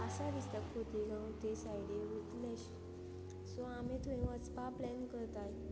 आसा दिसता खोतीगांव ते सायडी उरतलेच सो आमी थंय वचपा प्लॅन करताय